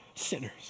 sinners